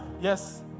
Yes